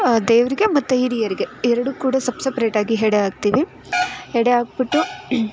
ಆ ದೇವರಿಗೆ ಮತ್ತು ಹಿರಿಯರಿಗೆ ಎರಡು ಕೂಡ ಸಪ್ ಸಪ್ರೇಟ್ ಆಗಿ ಎಡೆ ಹಾಕ್ತೀವಿ ಎಡೆ ಹಾಕ್ಬಿಟ್ಟು